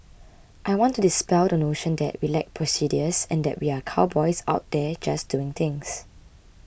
I want to dispel the notion that we lack procedures and that we are cowboys out there just doing things